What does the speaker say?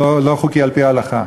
לא חוקי על-פי ההלכה.